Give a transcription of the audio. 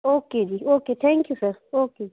okay ਜੀ okay thank you sir okay ਜੀ